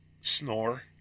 snore